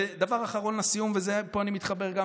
דבר אחרון לסיום, ופה אני מתחבר גם